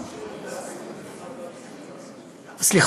חבר הכנסת טיבי, תרשה